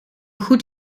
goed